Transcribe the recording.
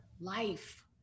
life